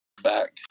back